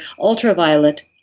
Ultraviolet